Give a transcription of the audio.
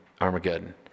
Armageddon